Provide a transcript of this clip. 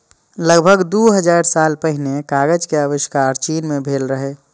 लगभग दू हजार साल पहिने कागज के आविष्कार चीन मे भेल रहै